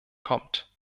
kommt